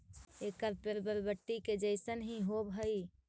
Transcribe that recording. एकर पेड़ बरबटी के जईसन हीं होब हई